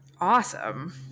Awesome